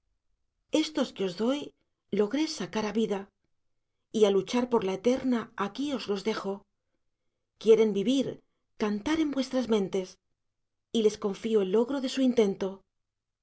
estos que os doy logré sacar á vida y á luchar por la eterna aquí os los dejo quieren vivir cantar en vuestras mentes y les confío el logro de su intento